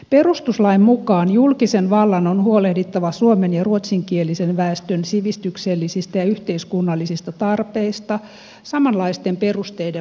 perustuslain mukaan julkisen vallan on huolehdittava suomen ja ruotsinkielisen väestön sivistyksellisistä ja yhteiskunnallisista tarpeista samanlaisten perusteiden mukaan